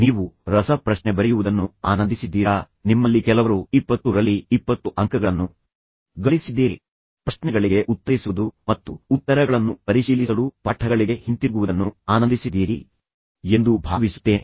ನೀವು ರಸಪ್ರಶ್ನೆ ಬರೆಯುವುದನ್ನು ಆನಂದಿಸಿದ್ದೀರಾ ನಿಮ್ಮಲ್ಲಿ ಕೆಲವರು 20ರಲ್ಲಿ 20 ಅಂಕಗಳನ್ನು ಗಳಿಸಿದ್ದೀರಿ ಪ್ರಶ್ನೆಗಳಿಗೆ ಉತ್ತರಿಸುವುದು ಮತ್ತು ನಿಮ್ಮ ಉತ್ತರಗಳನ್ನು ಪರಿಶೀಲಿಸಲು ಪಾಠಗಳಿಗೆ ಹಿಂತಿರುಗುವುದನ್ನು ಆನಂದಿಸಿದ್ದೀರಿ ಎಂದು ನಾನು ಭಾವಿಸುತ್ತೇನೆ